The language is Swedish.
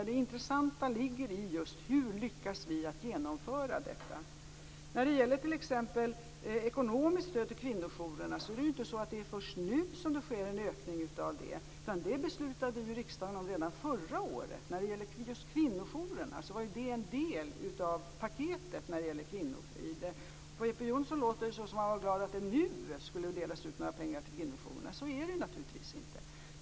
Det intressanta ligger i just hur vi lyckas att genomföra detta. När det gäller t.ex. ekonomiskt stöd till kvinnojourerna kan jag säga att det inte är först nu som det sker en ökning. Det beslutade riksdagen om redan förra året. Just kvinnojourerna var en del av paketet när det gäller kvinnofrid. På Jeppe Johnsson låter det som om han är glad att det nu delas ut pengar till kvinnojourerna. Så är det naturligtvis inte.